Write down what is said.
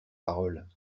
parole